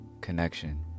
connection